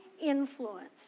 influence